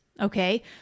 okay